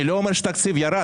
אני לא אומר שהתקציב ירד,